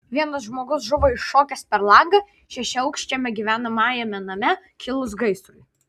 vienas žmogus žuvo iššokęs per langą šešiaaukščiame gyvenamajame name kilus gaisrui